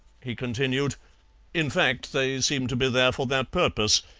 he continued in fact, they seem to be there for that purpose,